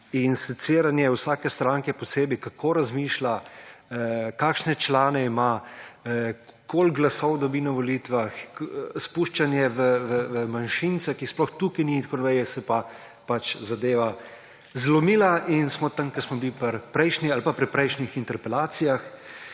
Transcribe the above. in seciranje vsake stranke posebej, kako razmišlja, kakšne člane ima, koliko glasov dobi na volitvah, spuščanje v manjšince, ki jih sploh ni tukaj in tako naprej. Zadeva se je zlomila in smo tam, kjer smo bili pri prejšnji ali pa pri prejšnjih interpelacijah.